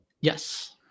Yes